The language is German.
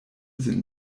sind